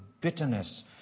bitterness